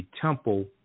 temple